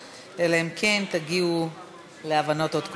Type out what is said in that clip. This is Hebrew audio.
אלא אם כן תגיעו להבנות עוד קודם.